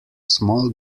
small